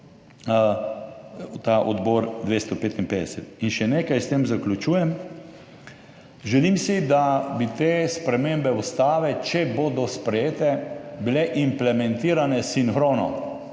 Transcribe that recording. kot Odbor 255. In še nekaj, s tem zaključujem. Želim si, da bi bile te spremembe ustave, če bodo sprejete, implementirane sinhrono.